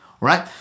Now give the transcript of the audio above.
Right